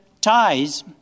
ties